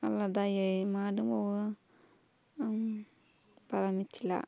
आलादायै मा दंबावो आं बारा मिथिला